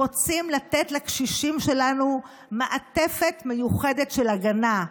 רוצים לתת לקשישים שלנו מעטפת מיוחדת של הגנה,